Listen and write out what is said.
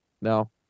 no